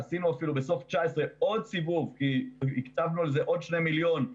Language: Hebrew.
בסוף 2019 עשינו עוד סיבוב והקצבנו לזה עוד שני מיליון שקלים,